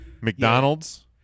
McDonald's